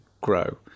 grow